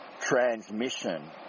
transmission